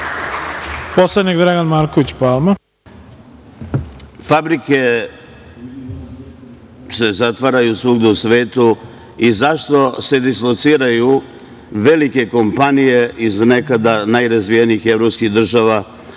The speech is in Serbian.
Palma. **Dragan D. Marković** Fabrike se zatvaraju svugde u svetu i zašto se dislociraju velike kompanije iz nekada najrazvijenijih evropskih država